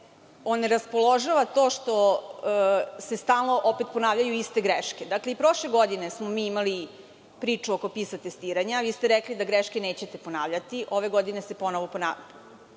oneraspoložilo to što se stalno ponavljaju iste greške. Dakle, i prošle godine smo mi imali priču oko PISA testiranja. Vi ste rekli da greške nećete ponavljati. Ove godine se ponovo ponovila